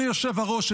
אדוני היושב-ראש,